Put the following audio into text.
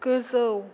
गोजौ